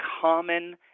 common